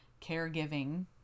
caregiving